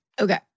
Okay